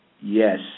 Yes